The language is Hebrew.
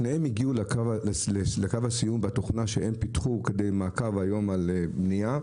שניהם הגיעו לקו הסיום בתוכנה שהם פתחו במעקב היום על בנייה,